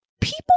people